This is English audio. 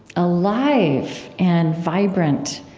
alive and vibrant,